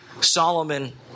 Solomon